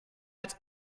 het